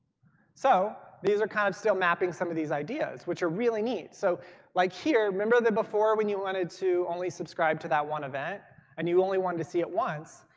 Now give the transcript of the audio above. so these are kind of still mapping some of these ideas which are really neat, so like here, remember before when you wanted to only subscribe to that one event and you only wanted to see it once?